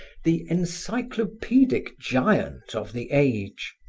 the encyclopedic giant of the age.